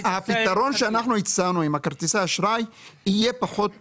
הפתרון שאנחנו הצענו עם כרטיסי האשראי יהיה פחות זמן.